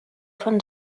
von